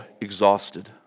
exhausted